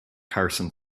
carson